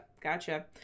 gotcha